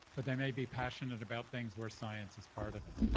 but they may be passionate about things where science is part of it.